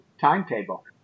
timetable